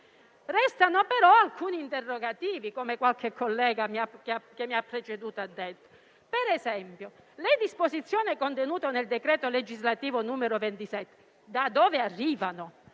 Restano però alcuni interrogativi, come ha detto qualche collega che mi ha preceduto. Per esempio, le disposizione contenute nel decreto legislativo n. 27 da dove arrivano?